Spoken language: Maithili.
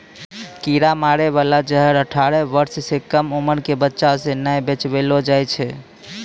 कीरा मारै बाला जहर अठारह बर्ष सँ कम उमर क बच्चा सें नै बेचबैलो जाय छै